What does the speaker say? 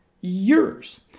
years